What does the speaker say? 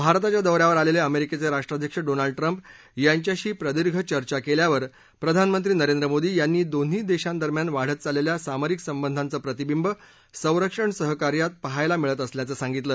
भारताच्या दौऱ्यावर आलेले अमेरिकेचे राष्ट्राध्यक्ष डोनाल्ड ट्रंप यांच्याशी प्रदीर्घ चर्चा केल्यावर प्रधानमंत्री नरेंद्र मोदी यांनी दोन्ही देशांदरम्यान वाढत चाललेल्या सामरिक संबंधांचं प्रतिबिंब संरक्षण सहकार्यात पाहायला मिळत असल्याचं सांगितलं